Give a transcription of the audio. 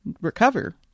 recover